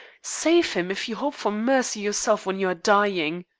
save him, if you hope for mercy yourself when you are dying.